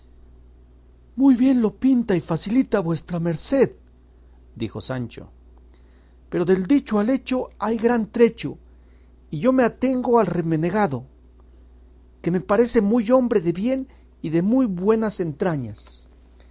muy bien lo pinta y facilita vuestra merced dijo sancho pero del dicho al hecho hay gran trecho y yo me atengo al renegado que me parece muy hombre de bien y de muy buenas entrañas